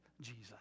Jesus